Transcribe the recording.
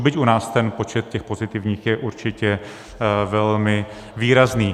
Byť u nás ten počet těch pozitivních je určitě velmi výrazný.